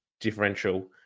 differential